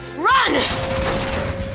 Run